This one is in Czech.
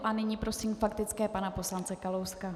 A nyní prosím faktická pana poslance Kalouska.